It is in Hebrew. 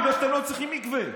בגלל שאתם לא צריכים מקווה.